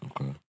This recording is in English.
Okay